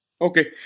Okay